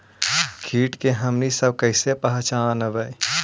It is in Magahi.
किट के हमनी सब कईसे पहचनबई?